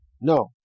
No